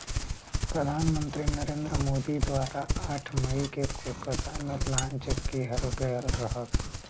प्रधान मंत्री नरेंद्र मोदी द्वारा आठ मई के कोलकाता में लॉन्च किहल गयल रहल